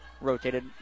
rotated